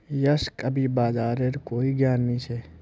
यशक अभी बाजारेर कोई ज्ञान नी छ